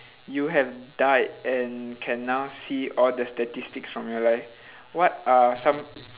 you have died and can now see all the statistics from your life what are some